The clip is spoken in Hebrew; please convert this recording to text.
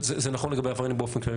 זה נכון לגבי עבריינים באופן כללי,